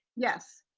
yes.